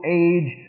age